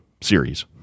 series